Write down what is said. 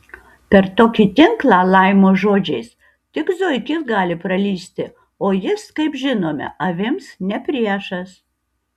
per tokį tinklą laimo žodžiais tik zuikis gali pralįsti o jis kaip žinome avims ne priešas